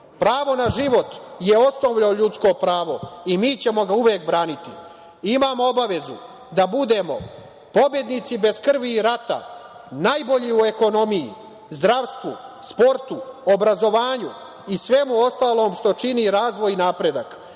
Pravo na život je osnovno ljudsko pravo i mi ćemo ga uvek braniti. Imam obavezu da budemo pobednici bez krvi i rata, najbolji u ekonomiji, zdravstvu, sportu, obrazovanju i svemu ostalom što čini razvoj i napredak.